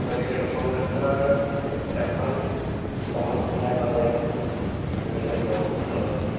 গতিকে ৰূপম দত্তৰ সেই কিতাপখন সময় সুবিধা পালে কিনি পেলাই ল'ম লগত